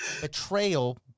betrayal